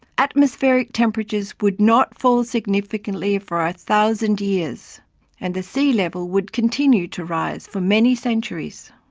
atmospheric temperatures would not fall significantly for a thousand years and the sea level would continue to rise for many centuries.